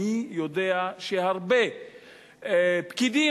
אני יודע שהרבה פקידים,